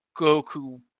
Goku